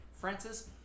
Francis